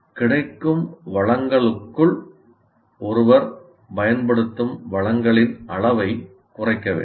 கிடைக்கும் வளங்களுக்குள் ஒருவர் பயன்படுத்தும் வளங்களின் அளவைக் குறைக்க வேண்டும்